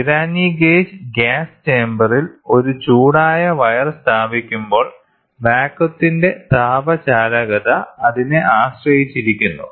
Pirani gauge gas ചേമ്പറിൽ ഒരു ചൂടായ വയർ സ്ഥാപിക്കുമ്പോൾ വാതകത്തിന്റെ താപചാലകത അതിനെ ആശ്രയിച്ചിരിക്കുന്നു